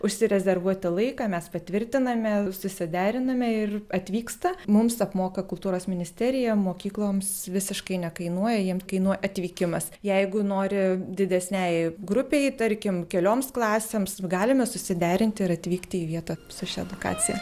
užsirezervuoti laiką mes patvirtiname susideriname ir atvyksta mums apmoka kultūros ministerija mokykloms visiškai nekainuoja jiem kainuoja atvykimas jeigu nori didesnei grupei tarkim kelioms klasėms galime susiderinti ir atvykti į vietą su šia edukacija